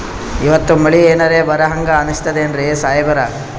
ಇವತ್ತ ಮಳಿ ಎನರೆ ಬರಹಂಗ ಅನಿಸ್ತದೆನ್ರಿ ಸಾಹೇಬರ?